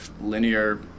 linear